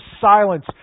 silence